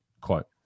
quote